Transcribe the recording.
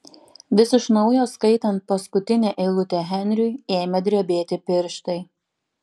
vis iš naujo skaitant paskutinę eilutę henriui ėmė drebėti pirštai